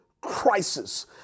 crisis